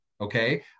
okay